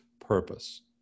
purpose